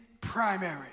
primary